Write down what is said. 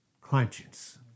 Conscience